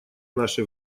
наше